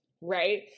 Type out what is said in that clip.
right